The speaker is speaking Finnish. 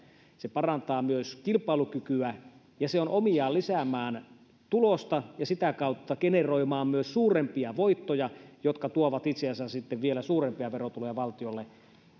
se parantaa myös kilpailukykyä ja se on omiaan lisäämään tulosta ja sitä kautta generoimaan myös suurempia voittoja jotka tuovat itse asiassa sitten vielä suurempia verotuloja valtiolle